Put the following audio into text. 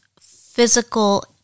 physical